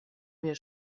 mir